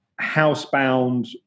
housebound